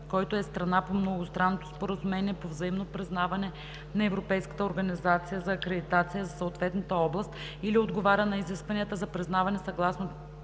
който е страна по Многостранното споразумение за взаимно признаване на Европейската организация за акредитация за съответната област или отговаря на изискванията за признаване съгласно